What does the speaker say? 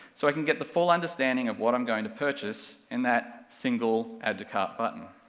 so i can get the full understanding of what i'm going to purchase, in that single add to cart button.